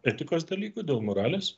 etikos dalykų dėl moralės